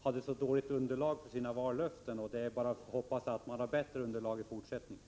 Fru talman! Det är inte så lätt att basera ett underlag på en borgerlig politik som är svår att genomlysa.